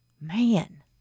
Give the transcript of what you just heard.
man